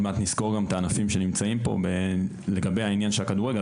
עוד מעט נסקור גם את הענפים שנמצאים פה לגבי העניין של כדורגל,